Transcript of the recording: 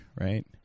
right